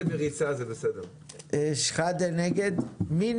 הצבעה בעד, רוב נגד, 2